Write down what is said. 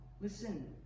Listen